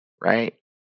right